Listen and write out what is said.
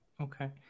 Okay